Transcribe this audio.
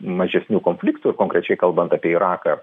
mažesnių konfliktų konkrečiai kalbant apie iraką